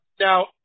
Now